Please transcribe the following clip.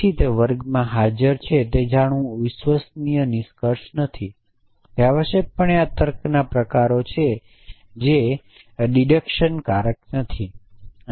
પછી તે વર્ગમાં હાજર છે તે જાણવું તે વિશ્વસનીય નિષ્કર્ષ નથી તે આવશ્યકપણે આ તર્કના પ્રકારો છે જે આવશ્યકપણે કપાત કારક નથી